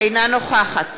אינה משתתפת